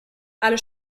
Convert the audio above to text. alle